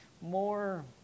more